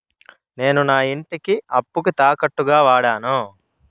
నేను నా ఇంటిని అప్పుకి తాకట్టుగా వాడాను